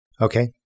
Okay